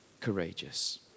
courageous